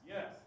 Yes